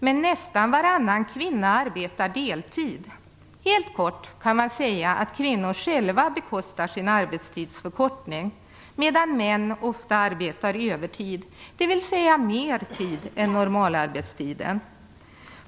Men nästan varannan kvinna arbetar deltid. Helt kort kan man säga att kvinnor själva bekostar sin arbetstidsförkortning medan män ofta arbetar övertid, dvs. mer än normalarbetstiden.